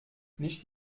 nicht